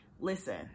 Listen